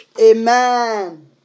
Amen